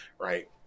Right